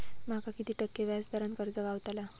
माका किती टक्के व्याज दरान कर्ज गावतला?